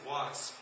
Watts